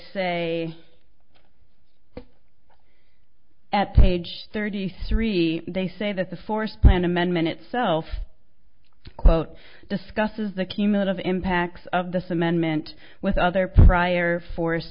say at page thirty three they say that the forest plan amendment itself quote discusses the cumulative impacts of this amendment with other prior force